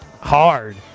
hard